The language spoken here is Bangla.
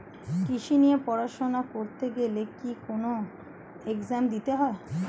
কৃষি নিয়ে পড়াশোনা করতে গেলে কি কোন এগজাম দিতে হয়?